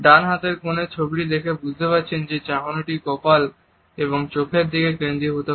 ডান হাতের কোণের ছবিটি দেখে বুঝতে পারছেন যে চাহনিটি কপাল এবং চোখের দিকে কেন্দ্রীভূত করা